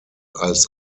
als